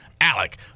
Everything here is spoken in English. Alec